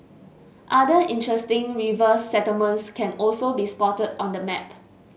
other interesting river settlements can also be spotted on the map